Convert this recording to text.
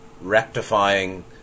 rectifying